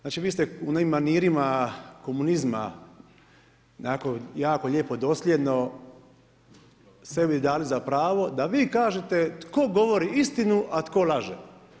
Znači vi ste u onim manirima komunizma onako jako lijepo dosljedno, sebi dali za pravo da vi kažete tko govori istinu a tko laže.